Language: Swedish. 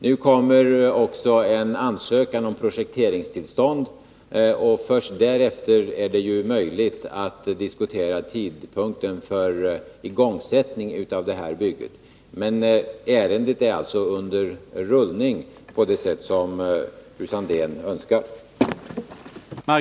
Nu kommer också en ansökan om projekteringstillstånd, och först därefter blir det möjligt att diskutera tidpunkten för igångsättning av bygget. Ärendet har alltså kommit i rullning på det sätt som fru Sandéhn önskar.